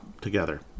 together